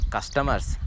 Customers